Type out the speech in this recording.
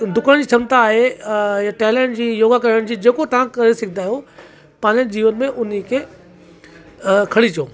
ॾुकण जी क्षमिता आहे टैलेंट जी योगा करण जी जेको तव्हां करे सघंदा आहियो पंहिंजे जीवन में उनखे खणी चो